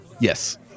Yes